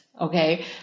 Okay